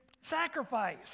sacrifice